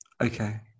Okay